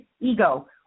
ego